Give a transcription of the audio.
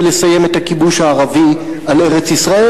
לסיים את הכיבוש הערבי על ארץ-ישראל,